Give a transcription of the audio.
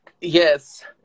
Yes